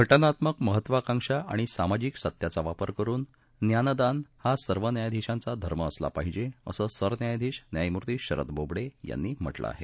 घटनात्मक महत्वाकांक्षा आणि सामाजिक सत्याचा वापर करुन ज्ञानदान हा सर्व न्यायाधीशांचा धर्म असला पाहिजे असं सरन्यायाधीश न्यायमूर्ती शरद बोबडे यांनी म्हटलं आहे